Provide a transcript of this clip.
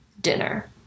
dinner